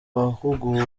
bahuguwe